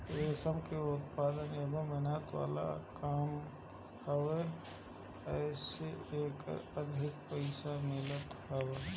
रेशम के उत्पदान एगो मेहनत वाला काम हवे एही से एकर अधिक पईसा मिलत हवे